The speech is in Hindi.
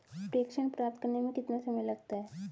प्रेषण प्राप्त करने में कितना समय लगता है?